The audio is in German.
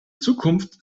zukunft